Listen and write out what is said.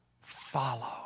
Follow